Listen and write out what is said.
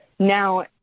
Now